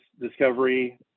discovery